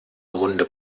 runde